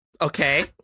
Okay